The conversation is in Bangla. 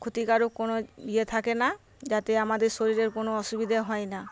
ক্ষতিকারক কোনো ইয়ে থাকে না যাতে আমাদের শরীরের কোনো অসুবিধা হয় না